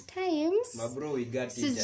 times